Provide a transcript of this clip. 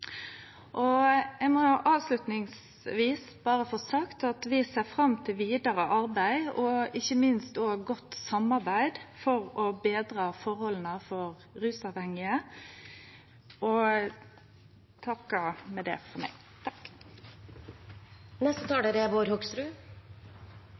kommunar. Eg må til slutt få seie at vi ser fram til vidare arbeid, ikkje minst godt samarbeid, for å betre forholda for rusavhengige. Rus til glede og